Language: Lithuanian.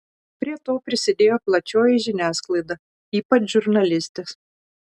prie to prisidėjo plačioji žiniasklaida ypač žurnalistės